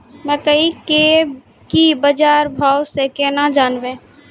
मकई के की बाजार भाव से केना जानवे?